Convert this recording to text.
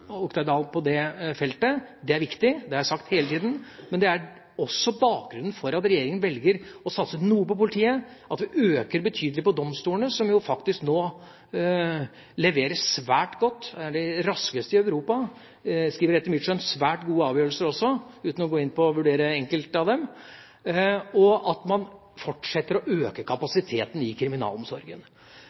det feltet. Det er viktig, det har jeg sagt hele tiden, men det er også bakgrunnen for at regjeringa velger å satse noe på politiet, at vi øker betydelig på domstolene, som jo faktisk nå leverer svært godt – de er de raskeste i Europa, og skriver etter mitt skjønn svært gode avgjørelser, uten at jeg skal gå inn og vurdere de enkelte – og at man fortsetter å øke kapasiteten i kriminalomsorgen.